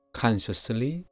consciously